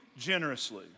generously